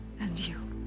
and you.